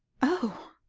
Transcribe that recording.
oh!